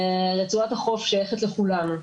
רצועת החוף שייכת לכולם.